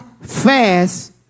fast